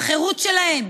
בחירות שלהם?